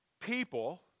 people